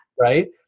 Right